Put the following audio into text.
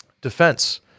Defense